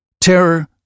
Terror